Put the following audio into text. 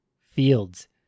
fields